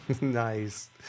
Nice